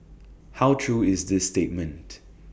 how true is this statement